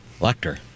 Lecter